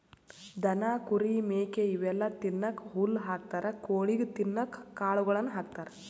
ದನ ಕುರಿ ಮೇಕೆ ಇವೆಲ್ಲಾ ತಿನ್ನಕ್ಕ್ ಹುಲ್ಲ್ ಹಾಕ್ತಾರ್ ಕೊಳಿಗ್ ತಿನ್ನಕ್ಕ್ ಕಾಳುಗಳನ್ನ ಹಾಕ್ತಾರ